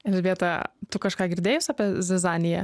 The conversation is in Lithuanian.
elžbieta tu kažką girdėjus apie zizaniją